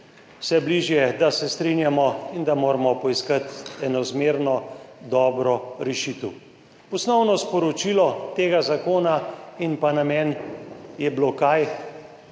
vse bližje, da se strinjamo in da moramo poiskati eno zmerno in dobro rešitev. Osnovno sporočilo tega zakona in namen je bil